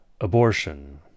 abortion